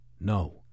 No